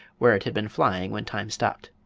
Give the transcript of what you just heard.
where it had been flying when time stopped.